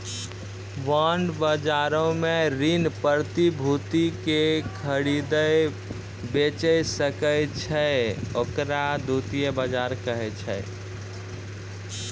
bond बजारो मे ऋण प्रतिभूति के खरीदै बेचै सकै छै, ओकरा द्वितीय बजार कहै छै